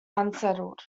unsettled